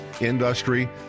industry